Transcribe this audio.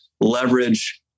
leverage